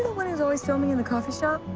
always always filming in the coffee shop?